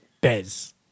Bez